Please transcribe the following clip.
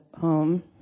home